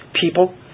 people